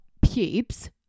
pubes